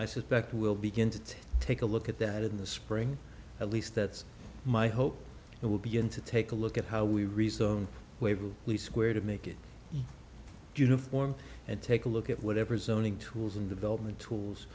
i suspect we'll begin to take a look at that in the spring at least that's my hope it will begin to take a look at how we resume where we square to make it uniform and take a look at whatever zoning tools and development tools